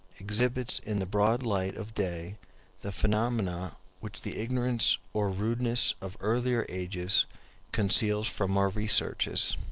exhibits in the broad light of day the phenomena which the ignorance or rudeness of earlier ages conceals from our researches.